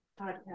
podcast